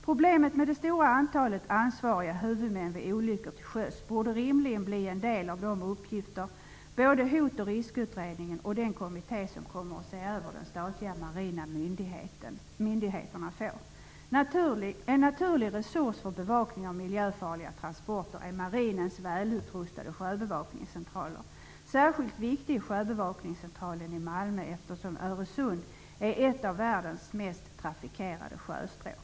Problemet med det stora antalet ansvariga huvudmän vid olyckor till sjöss borde rimligen bli en del av de uppgifter som både Hot och riskutredningen och den kommitté som kommer att se över de statliga marina myndigheterna får. En naturlig resurs för bevakning av miljöfarliga transporter är marinens välutrustade sjöbevakningscentraler. Särskilt viktig är sjöbevakningscentralen i Malmö, eftersom Öresund är ett av världens mest trafikerade sjöstråk.